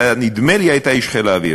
נדמה לי שהיית איש חיל האוויר,